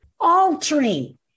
altering